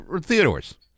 Theodore's